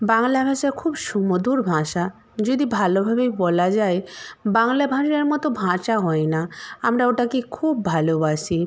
বাংলা ভাষা খুব সুমধুর ভাষা যদি ভালোভাবেই বলা যায় বাংলা ভাষার মতো ভাষা হয় না আমরা ওটাকে খুব ভালোবাসি